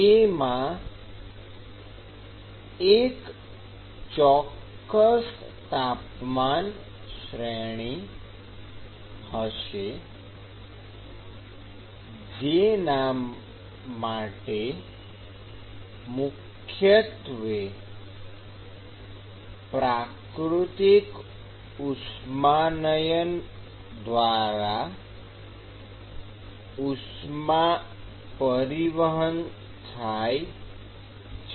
તેમાં એક ચોક્કસ તાપમાન શ્રેણી હશે જેના માટે મુખ્યત્વે પ્રાકૃતિક ઉષ્માનયન દ્વારા ઉષ્મા પરિવહન થાય છે